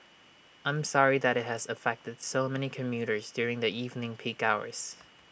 I'm sorry that IT has affected so many commuters during the evening peak hours